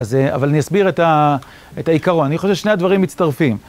אבל אני אסביר את העיקרון, אני חושב ששני הדברים מצטרפים.